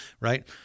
Right